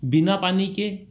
बिना पानी के